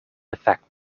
effect